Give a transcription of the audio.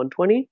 120